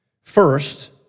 First